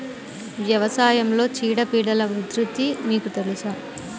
వ్యవసాయంలో చీడపీడల ఉధృతి మీకు తెలుసా?